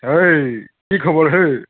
হেই কি খবৰ হে